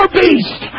beast